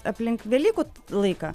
aplink velykų laiką